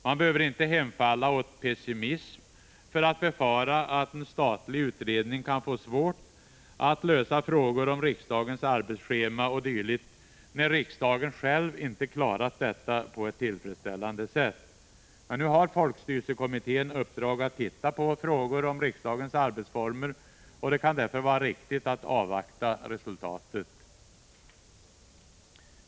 Man behöver inte hemfalla åt pessimism för att befara att en statlig utredning kan få svårt att lösa frågor om riksdagens arbetsschema o. d., när riksdagen själv inte klarat detta på ett tillfredsställande sätt. Men nu har folkstyrelsekommittén uppdraget att se över frågorna om riksdagens arbetsformer, och det kan därför vara riktigt att avvakta resultatet.